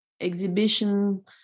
exhibition